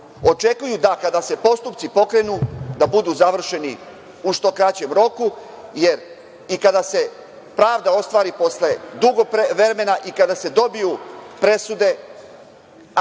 očekuju da kada se postupci pokrenu da budu završeni u što kraćem roku, jer i kada se pravda ostvari posle dugo vremena i kada se dobiju presude,